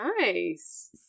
Nice